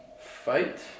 fight